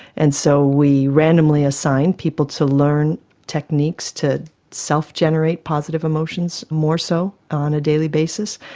and so we randomly assign people to learn techniques to self-generate positive emotions more so on a daily basis.